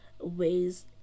ways